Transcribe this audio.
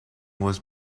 was